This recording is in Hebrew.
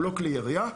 הוא לא כלי ירייה.